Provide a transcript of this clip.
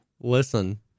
Listen